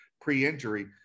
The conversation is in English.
pre-injury